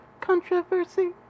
controversy